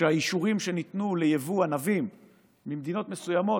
שהאישורים שניתנו ליבוא ענבים ממדינות מסוימות,